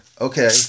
okay